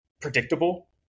predictable